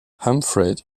humphrey